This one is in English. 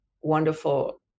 wonderful